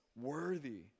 worthy